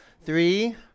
Three